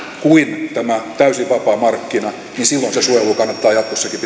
kuin tämä täysin vapaa markkina niin silloin se suojelu kannattaa jatkossakin